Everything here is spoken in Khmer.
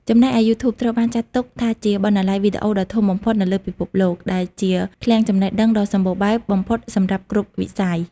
ចំណែកឯយូធូប ត្រូវបានចាត់ទុកថាជាបណ្ណាល័យវីដេអូដ៏ធំបំផុតនៅលើពិភពលោក ដែលជាឃ្លាំងចំណេះដឹងដ៏សម្បូរបែបបំផុតសម្រាប់គ្រប់វិស័យ។